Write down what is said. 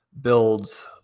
builds